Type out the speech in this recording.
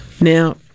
Now